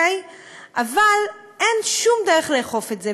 אבל אין שום דרך לאכוף את זה.